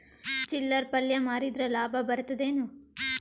ಚಿಲ್ಲರ್ ಪಲ್ಯ ಮಾರಿದ್ರ ಲಾಭ ಬರತದ ಏನು?